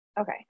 Okay